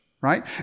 right